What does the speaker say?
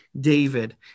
David